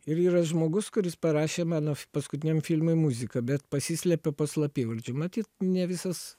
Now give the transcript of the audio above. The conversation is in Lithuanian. ir yra žmogus kuris parašė mano paskutiniam filmui muziką bet pasislėpė po slapyvardžiu matyt ne visas